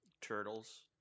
Turtles